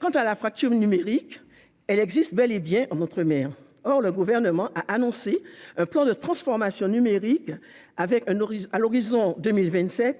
Quant à la fracture numérique, elle existe bel et bien en outre-mer. Or le Gouvernement a annoncé un plan de transformation numérique avec un horizon fixé